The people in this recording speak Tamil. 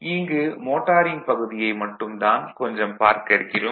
இங்கு மோட்டாரிங் பகுதியை மட்டும் தான் கொஞ்சம் பார்க்க இருக்கிறோம்